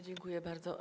Dziękuję bardzo.